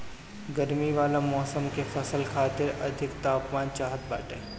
गरमी वाला मौसम के फसल खातिर अधिक तापमान चाहत बाटे